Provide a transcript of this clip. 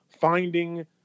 finding